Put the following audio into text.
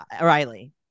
riley